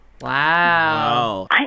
Wow